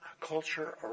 culture